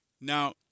Now